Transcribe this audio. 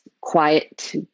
quiet